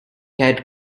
had